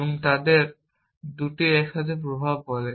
এবং তাদের দুটি একসাথে প্রভাব বলে